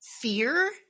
fear